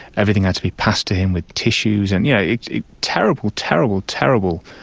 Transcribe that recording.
everything had to be passed to him with tissues. and yeah yeah a terrible, terrible, terrible,